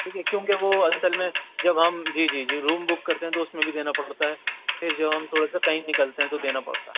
ٹھیک ہے کیونکہ وہ اصل میں جب ہم جی جی جی روم بک کرتے ہیں تو اس میں بھی دینا پڑتا ہے پھر جب ہم تھوڑا سا کہیں نکلتے ہیں تو دینا پڑتا ہے